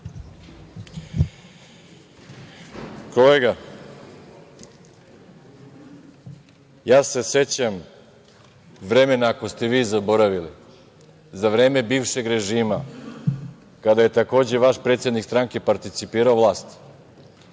Kolega, ja se sećam vremena, ako ste vi zaboravili, za vreme bivšeg režima kada je takođe vaš predsednik stranke participirao vlast,